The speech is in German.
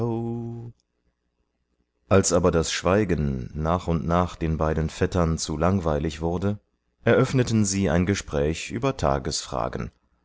als aber das schweigen nach und nach den beiden vettern zu langweilig wurde eröffneten sie ein gespräch über tagesfragen